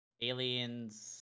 Aliens